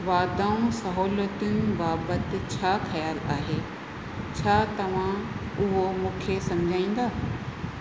वाधाऊं सहूलियतुनि बाबति छा ख़्यालु आहे छा तव्हां उहो मूंखे समुझाईंदा